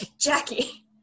jackie